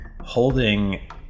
holding